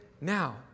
now